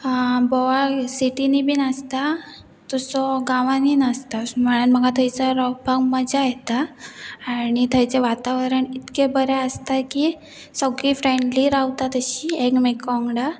बोवाळ सिटीनी बी आसता तसो गांवांनी नासता म्हळ्यार म्हाका थंयसर रावपाक मजा येता आनी थंयचें वातावरण इतकें बरें आसता की सगळीं फ्रेंडली रावता तशी एकमेको वांगडा